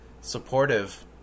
supportive